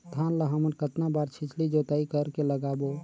धान ला हमन कतना बार छिछली जोताई कर के लगाबो?